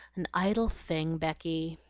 an idle thing, becky!